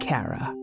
Kara